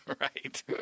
Right